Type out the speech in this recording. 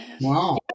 Wow